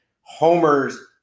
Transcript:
homers